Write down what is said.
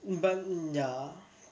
but um ya